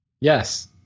Yes